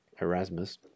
Erasmus